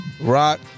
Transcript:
Rock